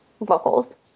vocals